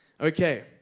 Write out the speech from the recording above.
Okay